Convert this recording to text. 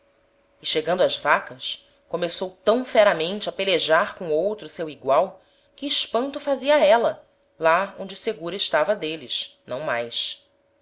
e chegando ás vacas começou tam feramente a pelejar com outro seu egual que espanto fazia a éla lá onde segura estava d'êles não mais